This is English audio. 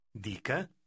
Dica